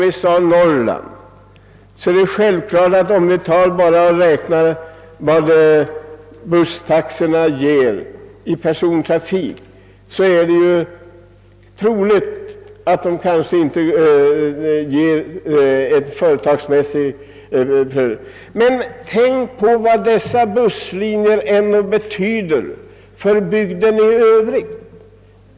I Norrland ger troligen inte intäkterna från persontrafiken på busslinjerna ett företagsmässigt godtagbart resultat, men tänk på vad dessa busslinjer ändå betyder för bygden i övrigt!